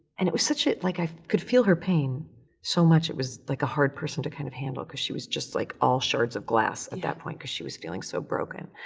and it was such a, like, i could feel her pain so much, it was like a hard person to kind of handle because she was just, like, all shards of glass at that point because she was feeling so broken.